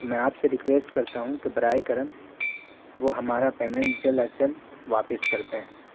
تو میں آپ سے ریکویسٹ کرتا ہوں کہ برائے کرم وہ ہمارا پیمنٹ جلد از جلد واپس کر دیں